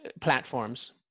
platforms